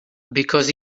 because